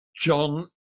John